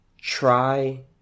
try